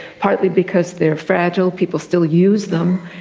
partly because they are fragile, people still use them,